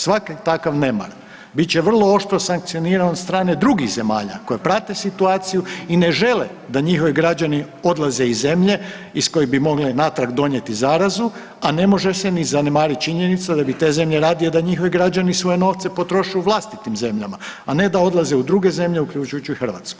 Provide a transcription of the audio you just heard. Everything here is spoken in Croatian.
Svaki takav nemar bit će vrlo oštro sankcioniran od strane drugih zemalja koje prate situaciju i ne žele da njihovi građani odlaze iz zemlje iz kojih bi mogli natrag donijeti zarazu, a ne može se ni zanemariti činjenica da bi te zemlje radije da njihovi građani svoje novce potroše u vlastitim zemljama, a ne da odlaze u druge zemlje, uključujući i Hrvatsku.